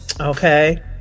Okay